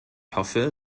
hoffe